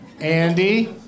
Andy